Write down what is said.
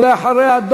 ואחריה,